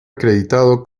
acreditado